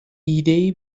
ایدهای